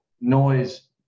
noise